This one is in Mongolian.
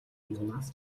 юунаас